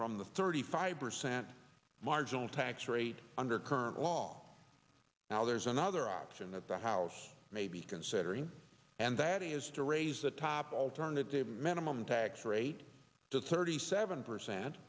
from the thirty five percent marginal tax rate under current law now there's another option that the house may be considering and that is to raise the top alternative minimum tax rate to thirty seven percent